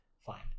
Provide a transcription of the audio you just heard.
fine